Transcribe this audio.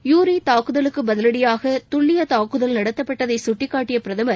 யூரி தாக்குதலுக்குப் பதிவடியாக துல்லியமான தாக்குதல் நடத்தப்பட்டதை கட்டிக்காட்டியப் பிரதமர்